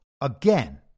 again